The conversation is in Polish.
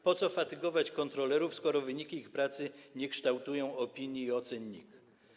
Po co fatygować kontrolerów, skoro wyniki ich pracy nie kształtują opinii i ocen NIK?